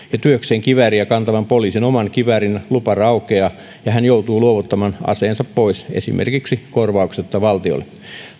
työkseen kivääriä kantavan poliisin oman kiväärin lupa raukeaa ja hän joutuu luovuttamaan aseensa pois esimerkiksi korvauksetta valtiolle